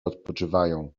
odpoczywają